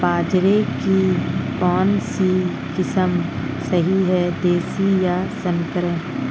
बाजरे की कौनसी किस्म सही हैं देशी या संकर?